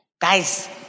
guys